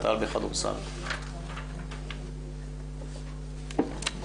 בכדורגל שמוגדרות מקצועניות זה ליגת העל